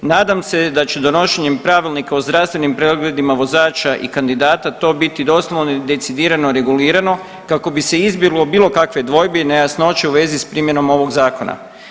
Nadam se da će donošenjem pravilnika o zdravstvenim pregledima vozača i kandidata to biti .../nerazumljivo/... decidirano regulirano kako bi se izbjeglo bilo kakve dvojbe i nejasnoće u vezi s primjenom ovog Zakona.